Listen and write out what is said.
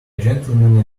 gentleman